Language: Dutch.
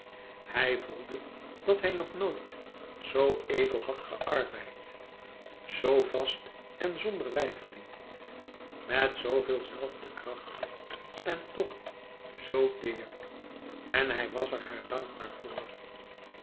hij voelde dat hij nog nooit zoo edel had gearbeid zoo vast en zonder weifeling met zooveel zelfde kracht en toch zoo teêr en hij was er haar dankbaar voor